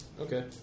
Okay